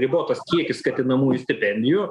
ribotas kiekis skatinamųjų stipendijų